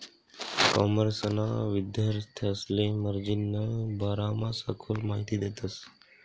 कॉमर्सना विद्यार्थांसले मार्जिनना बारामा सखोल माहिती देतस